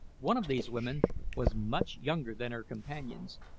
one of these women was much younger than her companions,